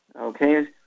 Okay